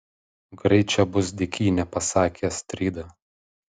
greit čia bus dykynė pasakė astrida